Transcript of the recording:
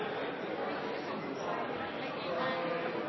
foretakene.